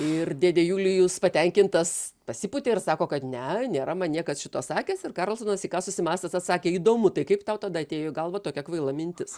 ir dėdė julijus patenkintas pasipūtė ir sako kad ne nėra man niekad šito sakęs ir karlsonas į ką susimąstęs atsakė įdomu tai kaip tau tada atėjo į galvą tokia kvaila mintis